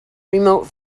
remote